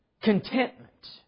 contentment